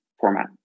format